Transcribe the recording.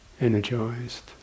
energized